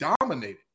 dominated